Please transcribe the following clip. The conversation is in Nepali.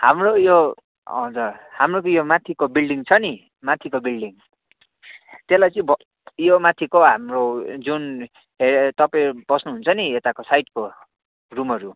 हाम्रो यो हजुर हामीहरूको यो माथिको बिल्डिङ छ नि माथिको बिल्डिङ त्यसलाई चाहिँ ब यो माथिको हाम्रो जुन हे तपाईँ बस्नुहुन्छ नि यताको साइडको रुमहरू